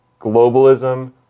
globalism